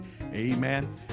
Amen